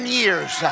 years